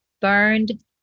Burned